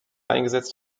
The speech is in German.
eingesetzt